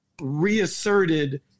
reasserted